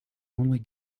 only